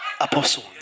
apostle